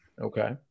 Okay